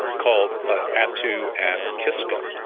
called attu and kiska.